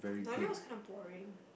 Narnia was kinda boring